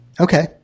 Okay